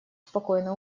спокойно